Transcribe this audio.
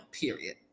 period